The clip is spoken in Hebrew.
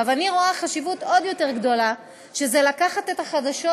אני רואה חשיבות עוד יותר גדולה בלקחת את החדשות